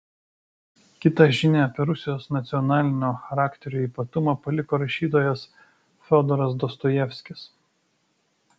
kitą žinią apie rusijos nacionalinio charakterio ypatumą paliko rašytojas fiodoras dostojevskis